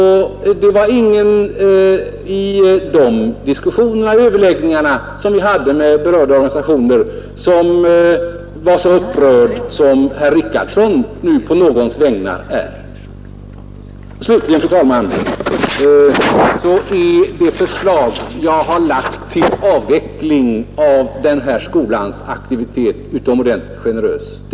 Vid de överläggningar som fördes med berörda organisationer var ingen person så upprörd som herr Richardson nu är på någons vägnar. Slutligen, fru talman, är det förslag jag har framlagt till avveckling av denna skolas aktivitet utomordentligt generöst.